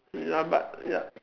ya but ya